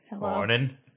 Morning